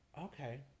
Okay